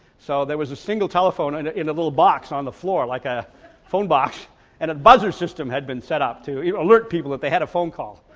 so there was a single telephone and in a little box on the floor like a phone box and a buzzer system had been set up to alert people that they had a phone call.